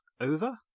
Over